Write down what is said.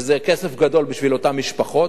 וזה כסף גדול בשביל אותן משפחות.